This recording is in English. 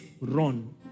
run